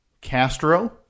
Castro